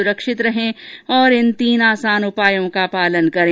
सुरक्षित रहें और इन तीन आसान उपायों का पालन करें